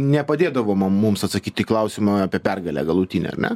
nepadėdavo mu mums atsakyt į klausimą apie pergalę galutinę ar ne